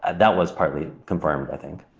and that was partly confirmed i think.